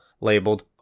labeled